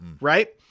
Right